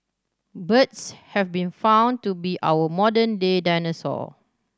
birds have been found to be our modern day dinosaur